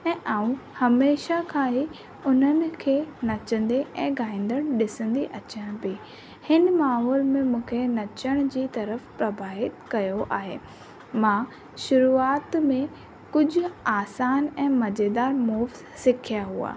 ऐं मां हमेशह खां ई उन्हनि खे नचंदे ऐं ॻाईंदड़ ॾिसंदी अचां पई हिन माहौल में मूंखे नचण जी तर्फ़ु प्रभावित कयो आहे मां शुरुआत में कुझु आसान ऐं मज़ेदारु मूव्स सिखिया हुआ